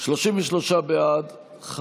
33 בעד,